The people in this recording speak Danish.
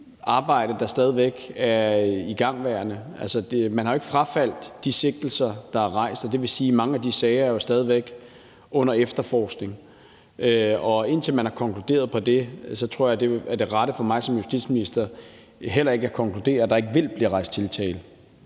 et arbejde, der stadig væk er igangværende. Altså, man har jo ikke frafaldet de sigtelser, der er rejst. Det vil sige, at mange af de sager jo stadig væk er under efterforskning, og indtil man har konkluderet på det, tror jeg ikke, at det er det rette for mig som justitsminister at konkludere, at der heller ikke vil blive rejst tiltale.